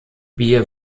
bier